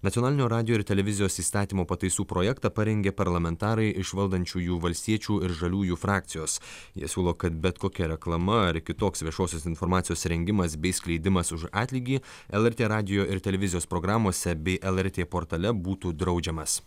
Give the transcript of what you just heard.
nacionalinio radijo ir televizijos įstatymo pataisų projektą parengė parlamentarai iš valdančiųjų valstiečių ir žaliųjų frakcijos jie siūlo kad bet kokia reklama ar kitoks viešosios informacijos rengimas bei skleidimas už atlygį lrt radijo ir televizijos programose bei lrt portale būtų draudžiamas